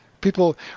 People